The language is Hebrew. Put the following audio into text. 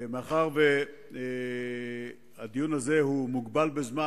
מאחר שהדיון הזה מוגבל בזמן,